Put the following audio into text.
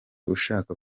ushaka